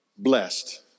blessed